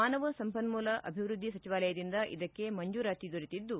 ಮಾನವ ಸಂಪನ್ಮೂಲ ಅಭಿವೃದ್ದಿ ಸಚಿವಾಲಯದಿಂದ ಇದಕ್ಕೆ ಮಂಜೂರಾತಿ ದೊರೆತಿದ್ದು